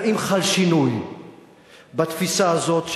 האם חל שינוי בתפיסה הזאת,